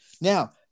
Now